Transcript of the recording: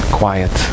quiet